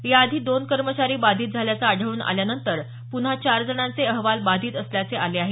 याआधी दोन कर्मचारी बाधित झाल्याचं आढळून आल्यानंतर पुन्हा चार जणांचे अहवाल बाधित असल्याचे आले आहे